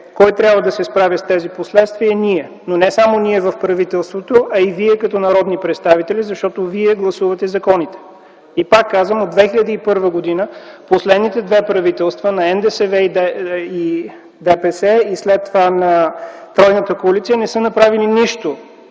Кой трябва да се справя с тези последствия? Ние, но не само ние в правителството, а и вие като народни представители, защото вие гласувате законите. Пак казвам, че от 2001 г. последните две правителства на НДСВ и ДПС и след това на тройната коалиция не са направили нищо